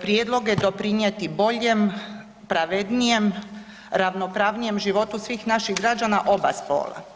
prijedloge doprinijeti boljem, pravednijem, ravnopravnijem životu svih naših građana oba spola.